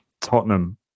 Tottenham